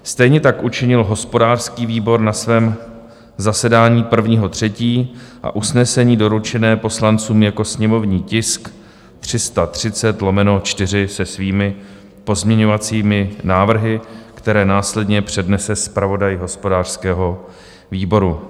Stejně tak učinil hospodářský výbor na svém zasedání 1. 3. a usnesení doručené poslancům jako sněmovní tisk 330/4 se svými pozměňovacími návrhy, které následně přednese zpravodaj hospodářského výboru.